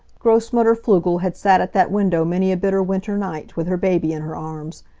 grossmutter pflugel had sat at that window many a bitter winter night, with her baby in her arms,